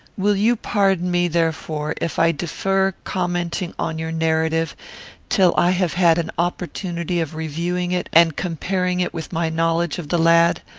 will you pardon me, therefore, if i defer commenting on your narrative till i have had an opportunity of reviewing it and comparing it with my knowledge of the lad,